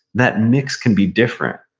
that mix can be different.